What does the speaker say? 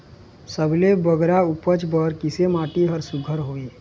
सबले बगरा उपज बर किसे माटी हर सुघ्घर हवे?